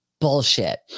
bullshit